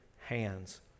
hands